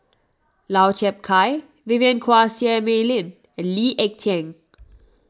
Lau Chiap Khai Vivien Quahe Seah Mei Lin and Lee Ek Tieng